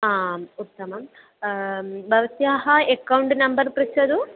आम् उत्तमं भवत्याः एकौण्ड् नम्बर् पृच्छतु